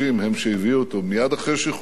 היא שהביאה אותו מייד אחרי שחרורו